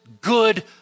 good